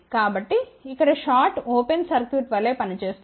కాబట్టి ఇక్కడ short open circuit వలె పని చేస్తుంది